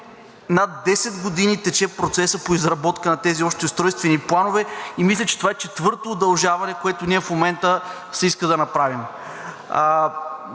над 10 години тече процесът по изработка на тези общи устройствени планове и мисля, че това е четвърто удължаване, което ние в момента се иска да направим.